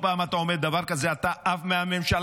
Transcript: פעם אתה אומר דבר כזה אתה עף מהממשלה.